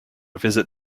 visit